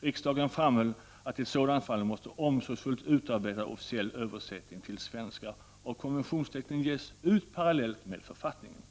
Riksdagen framhöll att i ett sådant fall måste en omsorgsfullt utarbetad officiell översättning till svenska av konventionstexten ges ut parallellt med författningen.